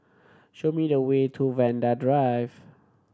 show me the way to Vanda Drive